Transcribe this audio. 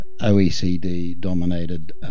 OECD-dominated